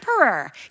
emperor